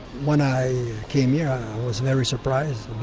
when i came here i was very surprised